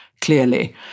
clearly